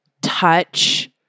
touch